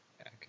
Okay